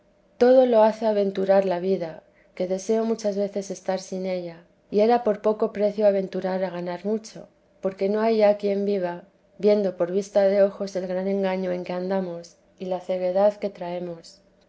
todo lo hace aventurar la vida que deseo muchas veces estar sin ella y era por poco precio aventurar a ganar mucho porque no hay ya quien viva viendo por vista de ojos el gran engaño en que andamos y la ceguedad que traemos